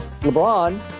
LeBron